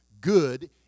good